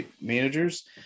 managers